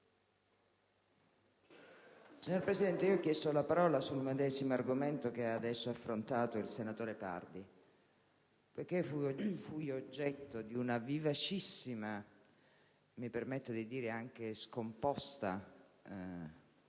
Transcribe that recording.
Signora Presidente, ho chiesto la parola sullo stesso argomento che ha affrontato il senatore Pardi perché fui oggetto di una vivacissima e - mi permetto di dire - anche scomposta reazione